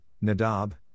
Nadab